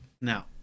Now